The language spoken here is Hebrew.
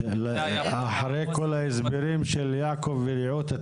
אחרי כל ההסברים של יעקב ורעות,